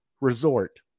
resort